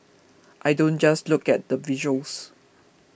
I don't just look at the visuals